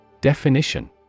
Definition